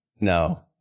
No